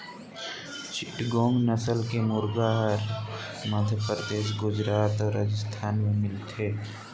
चिटगोंग नसल के मुरगा हर मध्यपरदेस, गुजरात अउ राजिस्थान में मिलथे